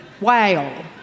Wow